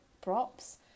props